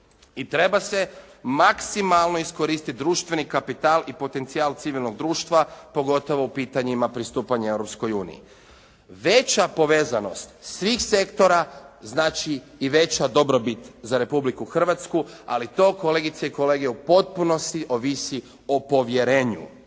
I treba se maksimalno iskoristiti društveni kapital i potencijal civilnog društva pogotovo u pitanjima pristupanja Europskoj uniji. Veća povezanost svih sektora znači i veća dobrobit za Republiku Hrvatsku ali to kolegice i kolege u potpunosti ovisi o povjerenju.